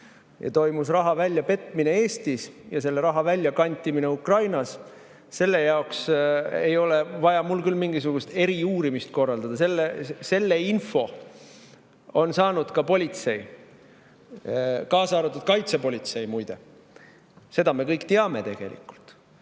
ja raha väljapetmine Eestis ja selle raha väljakantimine Ukrainas, ei ole vaja mul küll mingisugust eriuurimist korraldada. Selle info on saanud ka politsei, kaasa arvatud kaitsepolitsei, muide. Seda me tegelikult